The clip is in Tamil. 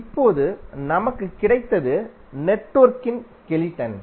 இப்போது நமக்கு கிடைத்தது நெட்வொர்க்கின் ஸ்கெலிடன்